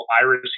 iris